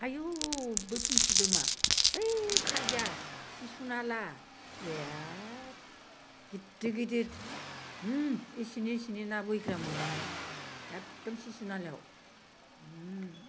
आयु बै फुंखिदुमा ओइ खालदिया सिसु नाला एथ गिदिद गिदिद होम इसिनि इसिनि ना बैग्रा मोनोमोन एखदम सिसुनालायाव होम